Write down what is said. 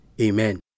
Amen